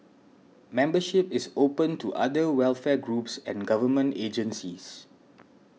membership is open to other welfare groups and government agencies